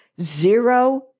Zero